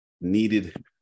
needed